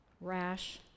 rash